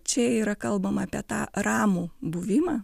čia yra kalbama apie tą ramų buvimą